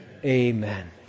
Amen